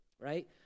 right